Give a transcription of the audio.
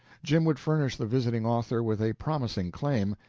jim would furnish the visiting author with a promising claim,